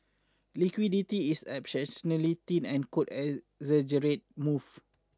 liquidity is exceptionally thin and could exaggerate moves